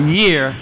year